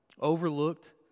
overlooked